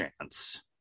chance